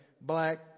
black